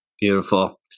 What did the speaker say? beautiful